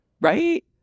right